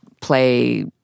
play